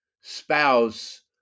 spouse